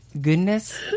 goodness